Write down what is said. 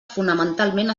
fonamentalment